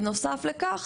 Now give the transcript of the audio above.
בנוסף לכך,